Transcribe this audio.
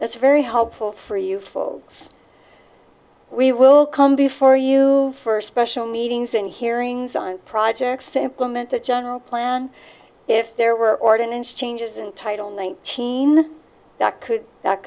that's very helpful for you folks we will come before you for special meetings and hearings on projects to implement the general plan if there were ordinance changes in title nineteen that could